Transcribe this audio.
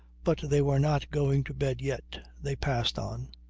but they were not going to bed yet. they passed on.